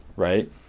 right